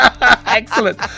Excellent